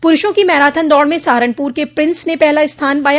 पुरूषों की मैराथन दौड़ में सहारनपुर के प्रिंस ने पहला स्थान पाया